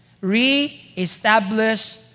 reestablish